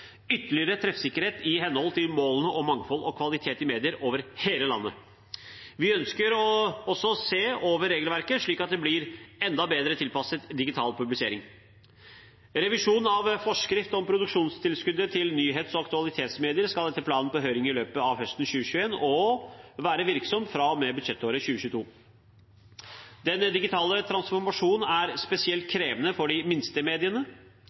ytterligere treffsikkerhet i henhold til målene om mangfold og kvalitet i medier over hele landet. Vi ønsker også å se over regelverket slik at det blir enda bedre tilpasset digital publisering. Revisjonen av forskrift om produksjonstilskudd til nyhets- og aktualitetsmedier skal etter planen på høring i løpet av høsten 2021 og være virksom fra og med budsjettåret 2022. Den digitale transformasjonen er spesielt krevende for de minste mediene.